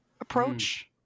approach